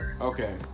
Okay